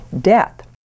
death